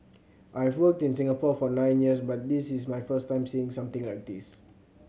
I've worked in Singapore for nine years but this is my first time seeing something like this